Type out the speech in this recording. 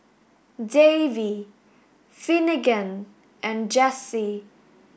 Davey Finnegan and Jessee